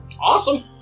Awesome